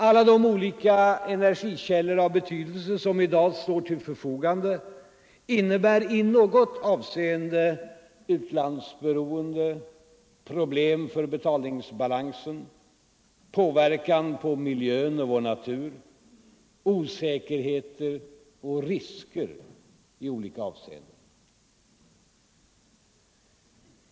Alla de olika energikällor av betydelse som i dag står till förfogande innebär i något avseende utlandsberoende, problem för betalningsbalansen, påverkan på miljön och vår natur, osäkerheter och risker i olika avseenden.